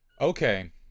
Okay